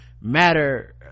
matter